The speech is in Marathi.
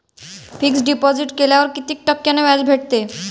फिक्स डिपॉझिट केल्यावर कितीक टक्क्यान व्याज भेटते?